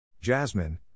Jasmine